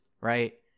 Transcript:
right